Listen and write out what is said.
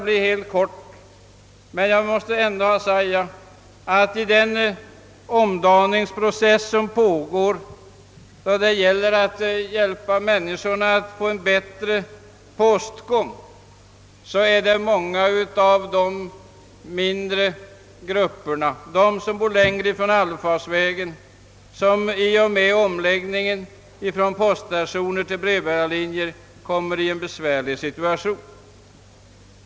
Genom den omdaningsprocess som pågår för att åstadkomma en bättre postgång är det många av dem som bor långt från allfarvägen som vid omläggningen från poststationer till brevbärarlinjer kommer i en besvärlig situation.